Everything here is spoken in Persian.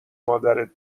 مادرت